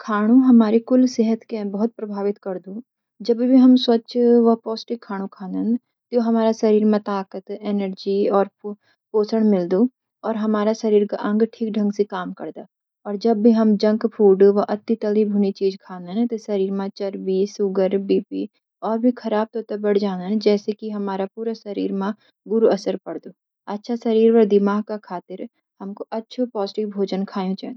खानू हमारी कुल सेहत के बहुत प्रभावित करदी। जब भी हम स्वच्छ व पौष्टिक खानू खांदन त्यो हमारा शरीर मां ताकत, एनर्जी और पोषण मिलदु और हमारा शरीर का अंग ठीक ढंग सी काम करदा। जब भी हम जंक फूड व अति तली भुनी चीज खांदान त शरीर मां चर्बी, शुगर, बीपी और भी खराब तत्त्व बढ़ी जांदन जैसी की हमारा शरीर मां बुरु असर पड़दु। अच्छा शरीर व दिमाग का खातिर हमुक अछू पौष्टिक भोजन खायूं चेंदू।